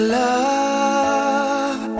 love